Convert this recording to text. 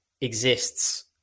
exists